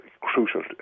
crucial